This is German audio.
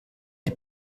die